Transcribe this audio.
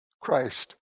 Christ